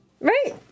Right